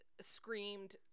screamed